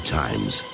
times